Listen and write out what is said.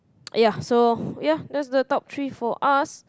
ya so ya that's the top three for us